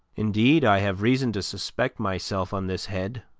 indeed, i have reason to suspect myself on this head